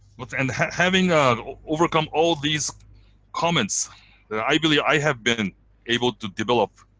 but and having um overcome all these comments that i believe i have been able to develop